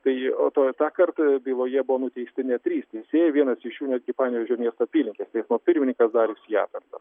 tai o tuo tą kart byloje buvo nuteisti net trys teisėjai vienas iš jų netgi panevėžio miesto apylinkės teismo pirmininkas darius japertas